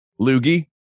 loogie